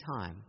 time